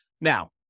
Now